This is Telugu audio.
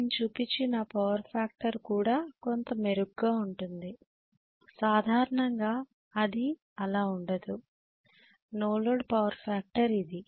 నేను చూపించిన పవర్ ఫ్యాక్టర్ కూడా కొంత మెరుగ్గా ఉంటుంది సాధారణంగా అది అలా ఉండదు నో లోడ్ పవర్ ఫ్యాక్టర్ ఇది